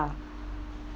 ya